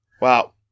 Wow